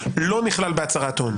לא נכלל בהצהרת הון.